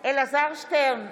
אלעזר שטרן,